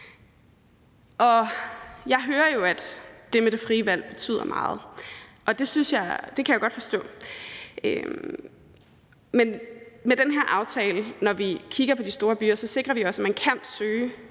Jeg hører jo, at det med det frie valg betyder meget, og det kan jeg godt forstå. Men med den her aftale sikrer vi i forhold til de store byer også, at man kan søge